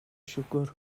siwgr